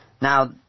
Now